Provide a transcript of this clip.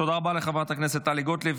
תודה רבה לחברת הכנסת טלי גוטליב.